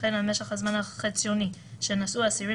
וכן על משך הזמן החציוני שנסעו אסירים